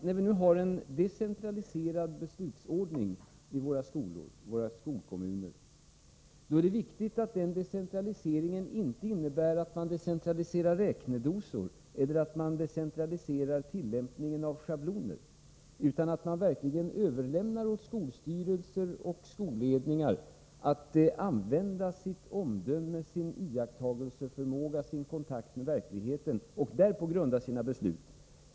När vi nu har en decentraliserad beslutsordning i våra skolor och skolkommuner, är det viktigt att denna decentralisering innebär att man inte decentraliserar räknedosor eller decentraliserar tillämpningen av schabloner utan verkligen överlämnar åt skolstyrelser och skolledningar att använda sitt omdöme, sin iakttagelseförmåga och sin kontakt med verkligheten och därpå grunda sina beslut.